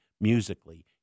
musically